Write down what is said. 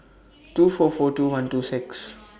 two four four two one two six